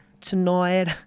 tonight